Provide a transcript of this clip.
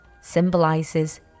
symbolizes